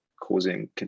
causing